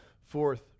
fourth